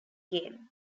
game